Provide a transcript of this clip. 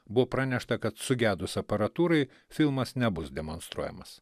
buvo pranešta kad sugedus aparatūrai filmas nebus demonstruojamas